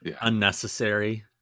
unnecessary